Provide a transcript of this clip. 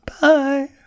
Bye